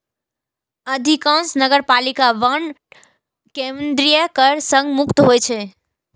अधिकांश नगरपालिका बांड केंद्रीय कर सं मुक्त होइ छै